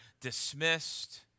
dismissed